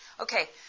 Okay